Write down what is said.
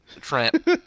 Trent